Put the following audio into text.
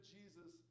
Jesus